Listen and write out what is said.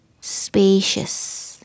spacious